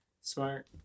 smart